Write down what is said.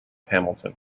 hamilton